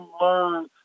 learn